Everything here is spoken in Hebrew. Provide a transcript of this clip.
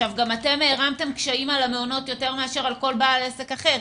אתם גם הערמתם קשיים על המעונות יותר מאשר על כול בעל עסק אחר,